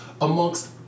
amongst